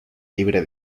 libre